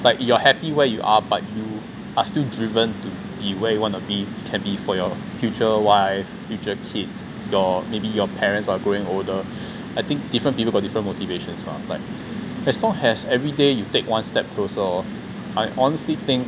like you're happy where you are but you are still driven to be where you wanna be can be for your future wife future kids or maybe your parents are growing older I think different people got different motivations mah but as long as everyday you take one step closer I honestly think